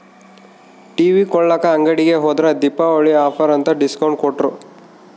TV ಕೊಳ್ಳಾಕ ಅಂಗಡಿಗೆ ಹೋದ್ರ ದೀಪಾವಳಿ ಆಫರ್ ಅಂತ ಡಿಸ್ಕೌಂಟ್ ಕೊಟ್ರು